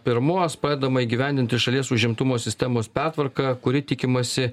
pirmos pradedama įgyvendinti šalies užimtumo sistemos pertvarka kuri tikimasi